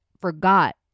forgot